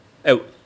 act